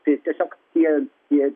tai tiesiog tie tie